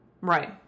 right